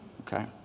okay